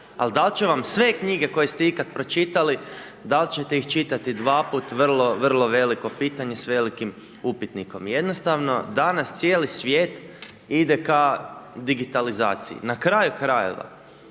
ali da li će vam sve knjige koje ste ikad pročitali, da li ćete ih čitati dvaput, vrlo veliko pitanje s velikim upitnikom. Jednostavno danas cijeli svijet ide ka digitalizaciji. Na kraju krajeva